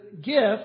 gift